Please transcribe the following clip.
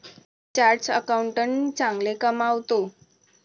chartered accountant चांगले कमावतो